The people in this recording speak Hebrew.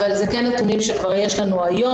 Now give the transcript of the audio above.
אבל אלה כן נתונים שיש לנו כבר היום.